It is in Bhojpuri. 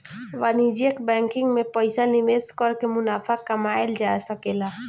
वाणिज्यिक बैंकिंग में पइसा निवेश कर के मुनाफा कमायेल जा सकेला